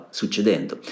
succedendo